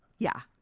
yeah.